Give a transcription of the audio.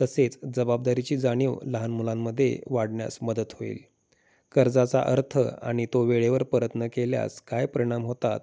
तसेच जबाबदारीची जाणीव लहान मुलांमध्ये वाढण्यास मदत होईल कर्जाचा अर्थ आणि तो वेळेवर परत न केल्यास काय परिणाम होतात